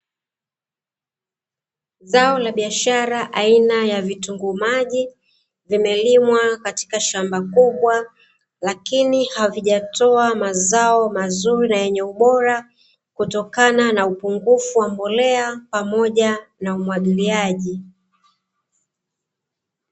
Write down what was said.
Zao la biashara aina ya vitunguu maji vimelimwa katika shamba kubwa, lakini halijatoa mazao mazuri na yenye ubora kutokana na upungufu wa mbolea pamoja na umwagiliaji.